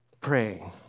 praying